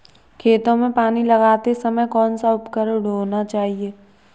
खेतों में पानी लगाते समय कौन सा उपकरण होना चाहिए?